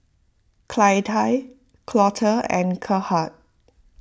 Clytie Colter and Gerhard